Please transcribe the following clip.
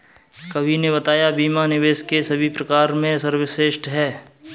कवि ने बताया बीमा निवेश के सभी प्रकार में सर्वश्रेष्ठ है